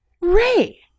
Ray